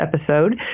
episode